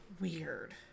weird